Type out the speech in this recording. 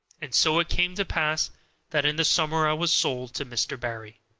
and so it came to pass that in the summer i was sold to mr. barry.